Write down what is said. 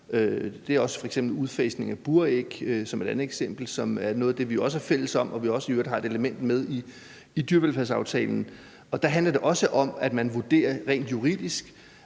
Der er f.eks. udfasningen af buræg, som også er noget af det, som vi er fælles om, og som vi i øvrigt også har med som et element i dyrevelfærdsaftalen, og der handler det også om, at man rent juridisk